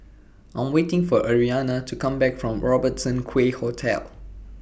I Am waiting For Arianna to Come Back from Robertson Quay Hotel